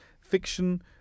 fiction